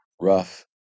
rough